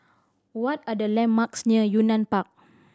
what are the landmarks near Yunnan Park